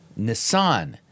Nissan